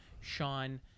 Sean